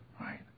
right